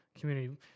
community